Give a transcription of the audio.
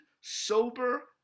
sober